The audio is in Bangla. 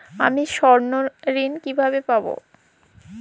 আমি স্বর্ণঋণ কিভাবে পাবো?